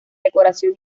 decoración